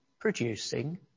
producing